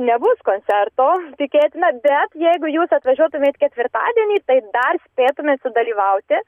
nebus koncerto tikėtina bet jeigu jūs atvažiuotumėt ketvirtadienį tai dar spėtumėt sudalyvauti